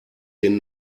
den